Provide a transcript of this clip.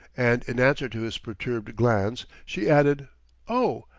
and in answer to his perturbed glance, she added oh,